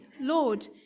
Lord